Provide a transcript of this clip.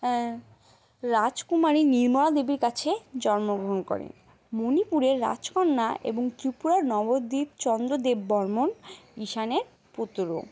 রাজকুমারী নির্মলাদেবীর কাছে জন্মগ্রহণ করে মণিপুরের রাজকন্যা এবং ত্রিপুরা নবদ্বীপ চন্দ্রদেব বর্মণ ঈশানের পুত্র